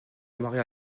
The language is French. maria